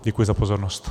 Děkuji za pozornost.